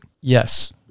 Yes